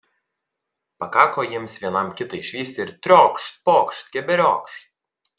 pakako jiems vienam kitą išvysti ir triokšt pokšt keberiokšt